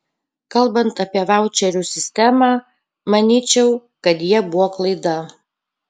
kalbant apie vaučerių sistemą manyčiau kad jie buvo klaida